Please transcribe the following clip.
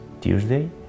Tuesday